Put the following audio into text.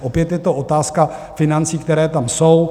Opět je to otázka financí, které tam jsou.